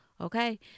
okay